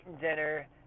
dinner